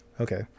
Okay